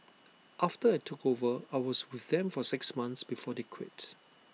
after I took over I was with them for six months before they quit